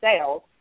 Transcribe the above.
sales